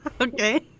Okay